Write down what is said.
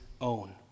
own